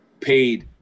paid